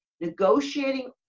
Negotiating